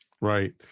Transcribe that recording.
Right